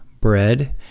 bread